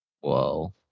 Whoa